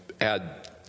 add